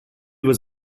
was